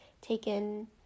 taken